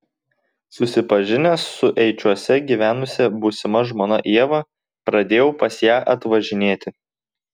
susipažinęs su eičiuose gyvenusia būsima žmona ieva pradėjau pas ją atvažinėti